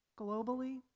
globally